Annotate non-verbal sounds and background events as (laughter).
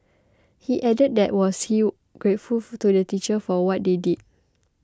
he added that was he grateful (noise) to the teachers for what they did